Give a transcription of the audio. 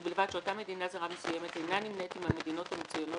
ובלבד שאותה מדינה זרה מסוימת אינה נמנית עם המדינות המצוינות